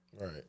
right